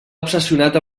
obsessionat